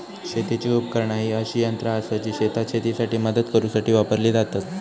शेतीची उपकरणा ही अशी यंत्रा आसत जी शेतात शेतीसाठी मदत करूसाठी वापरली जातत